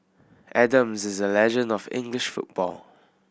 Adams is a legend of English football